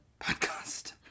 podcast